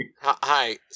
hi